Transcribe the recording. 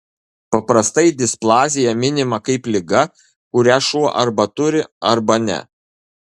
paprastai displazija minima kaip liga kurią šuo arba turi arba ne